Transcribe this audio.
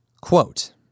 Quote